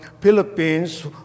Philippines